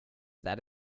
that